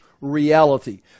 reality